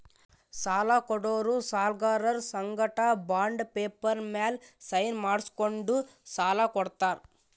ಸಾಲ ಕೊಡೋರು ಸಾಲ್ಗರರ್ ಸಂಗಟ ಬಾಂಡ್ ಪೇಪರ್ ಮ್ಯಾಲ್ ಸೈನ್ ಮಾಡ್ಸ್ಕೊಂಡು ಸಾಲ ಕೊಡ್ತಾರ್